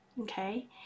okay